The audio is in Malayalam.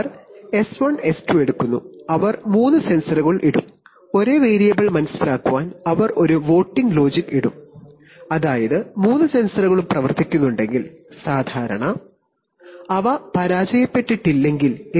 അവർ എസ് 1 എസ് 2 S1 S2എടുക്കുന്നു അവർ മൂന്ന് സെൻസറുകൾ ഇടും ഒരേ വേരിയബിൾ മനസ്സിലാക്കാൻ അവർ ഒരു വോട്ടിംഗ് ലോജിക്ക് ഇടും അതായത് മൂന്ന് സെൻസറുകളും പ്രവർത്തിക്കുന്നുണ്ടെങ്കിൽ സാധാരണ അവ പരാജയപ്പെട്ടിട്ടില്ലെങ്കിൽ അവരുടെ വായന വളരെ അടുത്തായിരിക്കും